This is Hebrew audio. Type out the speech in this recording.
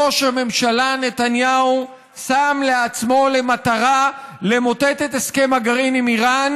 ראש הממשלה נתניהו שם לעצמו למטרה למוטט את הסכם הגרעין עם איראן,